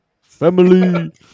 Family